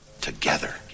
together